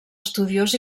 estudiós